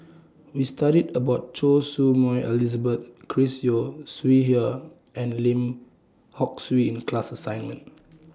We studied about Choy Su Moi Elizabeth Chris Yeo Siew Hua and Lim Hock Siew in class assignment